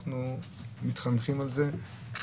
אנחנו מתחנכים על זה מקטנות.